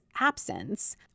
absence